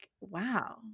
wow